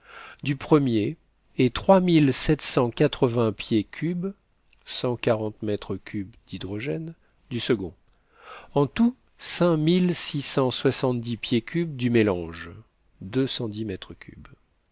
du premier et trois mille sept cent quatre-vingts pieds cubes cent quarante mètres cubes d'hydrogène du second en tout cinq mille six cent soixante-dix pieds cubes du mélange